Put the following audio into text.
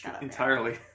entirely